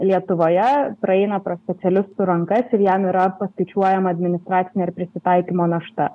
lietuvoje praeina pro specialistų rankas ir jam yra paskaičiuojama administracinė ar prisitaikymo našta